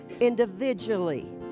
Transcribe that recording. individually